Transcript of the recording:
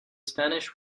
spanish